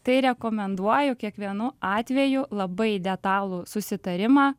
tai rekomenduoju kiekvienu atveju labai detalų susitarimą